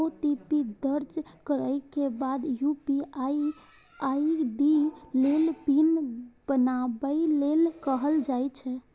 OTP दर्ज करै के बाद यू.पी.आई आई.डी लेल पिन बनाबै लेल कहल जाइ छै